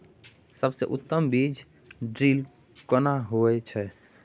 सबसे उत्तम बीज ड्रिल केना होए छै?